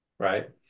Right